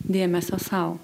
dėmesio sau